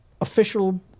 official